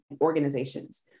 organizations